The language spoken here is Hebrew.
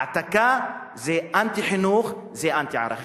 העתקה זה אנטי-חינוך, זה אנטי-ערכים.